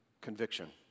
conviction